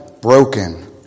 broken